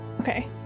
Okay